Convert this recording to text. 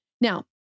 Now